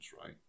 right